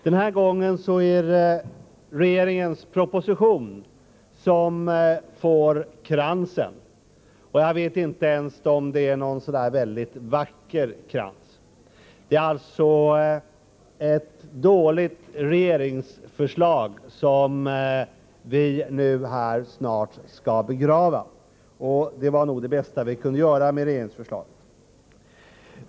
Den här gången är det regeringens proposition som får kransen, och jag vet inte ens om det är någon så där väldigt vacker krans. Det är alltså ett dåligt regeringsförslag som vi nu snart skall begrava. Det var nog det bästa vi kunde göra med regeringsförslaget.